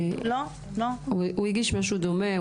הוא הגיש משהו דומה.